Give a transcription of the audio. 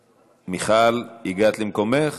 מיכל, הגעת למקומך?